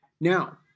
Now